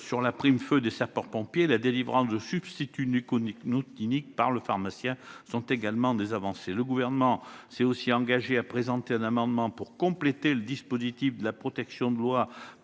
sur la prime de feu des sapeurs-pompiers et la délivrance de substituts nicotiniques par le pharmacien constituent aussi des avancées. Le Gouvernement s'est engagé à présenter un amendement pour compléter le dispositif de la proposition de loi présentée